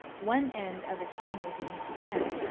one end of a chain was in his hand,